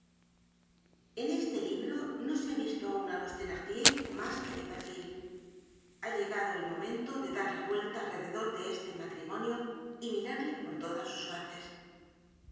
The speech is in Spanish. en este libro no se ha visto aun á los thenardier mas que de perfil ha llegado el momento de dar la vuelta alrededor de este matrimonio y mirarle por todas sus faces